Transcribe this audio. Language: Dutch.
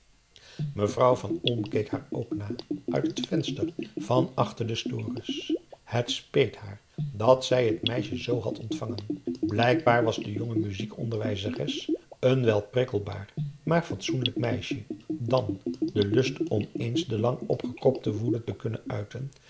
mevrouw van olm keek haar ook na uit t venster van achter de stores het speet haar dat zij t meisje z had ontvangen blijkbaar was de jonge muziekonderwijzeres een wel prikkelbaar maar fatsoenlijk meisje dan de lust om eens de lang opgekropte woede te kunnen uiten